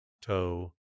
toe